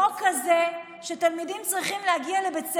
קודם שהממשלה תביע את דעתה, ואנחנו נראה מה נעשה.